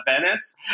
Venice